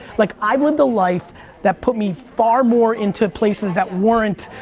like i've lived a life that put me far more into places that weren't,